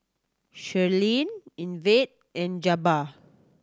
Sherlyn Ivette and Jabbar